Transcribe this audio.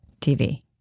TV